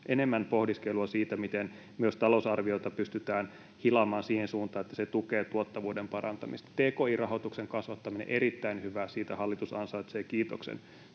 enemmän pohdiskelua siitä, miten myös talousarviota pystytään hilaamaan siihen suuntaan, että se tukee tuottavuuden parantamista. Tki-rahoituksen kasvattaminen on erittäin hyvä asia, siitä hallitus ansaitsee kiitoksen.